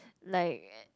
like